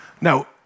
Now